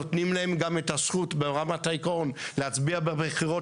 נותנים להם גם את הזכות ברמת העיקרון להצביע בבחירות